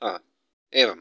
आ एवं